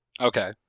okay